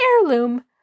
heirloom